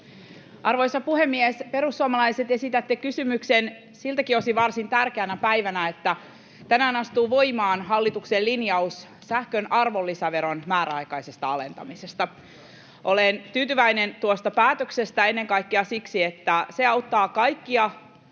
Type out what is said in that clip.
Arvoisa puhemies! Perussuomalaiset, esitätte kysymyksen siltäkin osin varsin tärkeänä päivänä, että tänään astuu voimaan hallituksen linjaus sähkön arvonlisäveron määräaikaisesta alentamisesta. Olen tyytyväinen tuohon päätökseen ennen kaikkea siksi, että se auttaa kaikkia